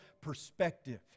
perspective